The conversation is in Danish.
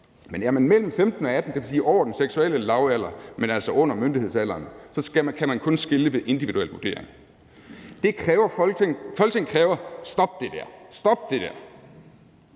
Men er de mellem 15 og 18 år, dvs. over den seksuelle lavalder, men altså under myndighedsalderen, så kan man kun skille dem ved individuel vurdering. Det kræver Folketinget. Folketinget